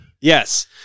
Yes